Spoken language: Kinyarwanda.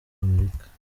amerika